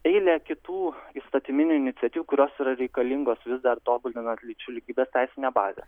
eilė kitų įstatyminių iniciatyvų kurios yra reikalingos vis dar tobulinant lyčių lygybės teisinę bazę